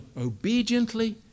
obediently